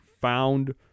found